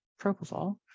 propofol